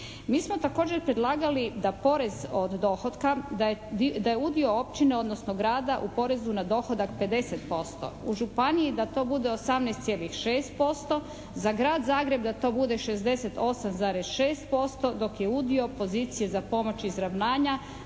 Mi smo također predlagali da porez od dohotka da je udio općine, odnosno grada u porezu na dohodak 50%, u županiji da to bude 18,6%, za Grad Zagreb da to bude 68,6% dok je udio pozicije za pomoć izravnanja